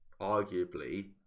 arguably